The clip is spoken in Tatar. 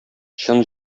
чын